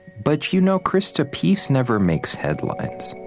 but you know, krista, peace never makes headlines